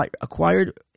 acquired